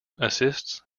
assists